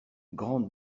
grande